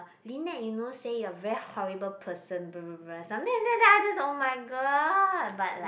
Lynette you know say you're very horrible person blah blah blah something like that then I just oh-my-god but like